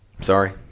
Sorry